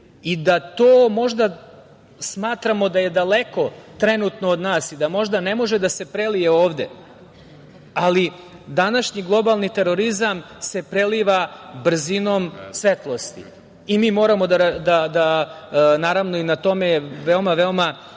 i da to možda smatramo da je daleko trenutno od nas i da možda ne može da se prelije ovde, ali današnji globalni terorizam se preliva brzinom svetlosti i mi moramo da…Naravno na tome je veoma, veoma